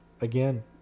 Again